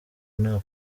nta